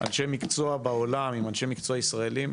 אנשי מקצוע בעולם עם אנשי מקצוע ישראליים"